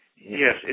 Yes